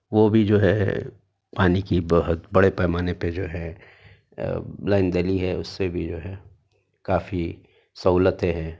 وہ بھی جو ہے پانی کی بہت بڑے پیمانے پہ جو ہے لائن ڈلی ہے اُس سے بھی جو ہے کافی سہولتیں ہے